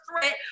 threat